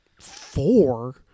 Four